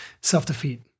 self-defeat